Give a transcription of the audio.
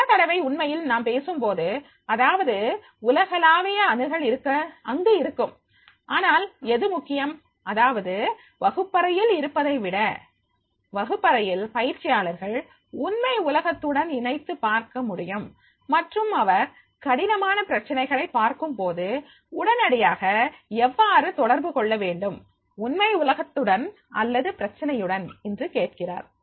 பலதடவை உண்மையில் நாம் பேசும் போது அதாவது உலகளாவிய அணுகல் அங்கு இருக்கும் ஆனால் எது முக்கியம் அதாவது வகுப்பறையில் இருப்பதைவிட வகுப்பறையில் பயிற்சியாளர்கள் உண்மை உலகத்துடன் இணைத்துப் பார்க்க முடியும் மற்றும் அவர் கடினமான பிரச்சனைகளை பார்க்கும்போது உடனடியாக எவ்வாறு தொடர்பு கொள்ள வேண்டும் உண்மை உலகத்துடன் அல்லது பிரச்சனையுடன் என்று கேட்கிறார்